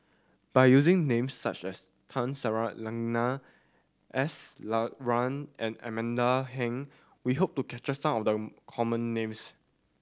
by using names such as Tun Sri Lanang S Iswaran and Amanda Heng we hope to capture some of the common names